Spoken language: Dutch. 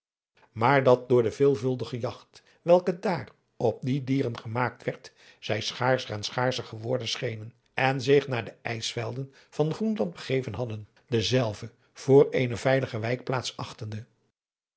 maar dat door de veelvuldige jagt welke daar op die dieren gemaakt werd zij schaarscher en schaarscher geworden schenen en zich naar de ijsvelden van groenland begeven hadden dezelve voor eene veiliger wijkplaats